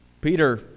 Peter